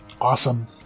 Awesome